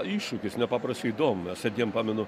iššūkis nepaprastai įdomios sėdėjom pamenu